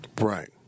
right